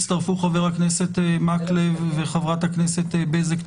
הצטרפו חבר הכנסת מקלב וחברת הכנסת בזק.